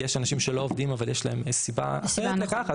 כי יש אנשים שלא עובדים אבל יש להם סיבה מסוימת לכך,